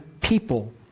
people